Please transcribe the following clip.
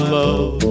love